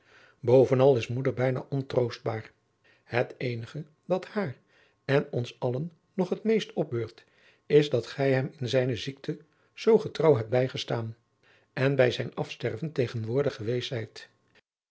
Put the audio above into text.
bovenal is moeder bijna ontroostbaar het eenige dat haar en ons allen nog het meest opbeurt is dat gij hem in zijne ziekte zoo getrouw hebt bijgestaan en bij zijn afsterven tegenwoordig geweest